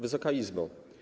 Wysoka Izbo!